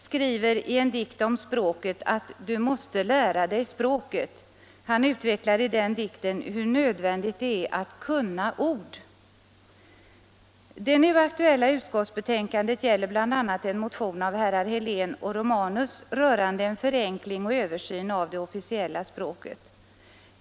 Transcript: skriver i en dikt om språket. att ”du måste lära dig språket”. Han utvecklar i den dikten hur nödvändigt det är att kunna ord. Det nu aktuella utskottsbetänkandet gäller bl.a. en motion av herrar Helén och Romanus rörande en förenkling och översyn av det officiella språket.